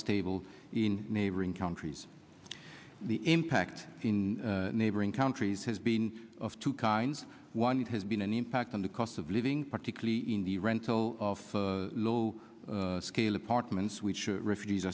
stable in neighboring countries the impact in neighboring countries has been of two kinds one has been an impact on the cost of living particularly in the rental of low scale apartments which refugees